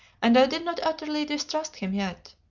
and i did not utterly distrust him yet.